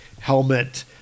helmet